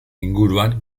inguruan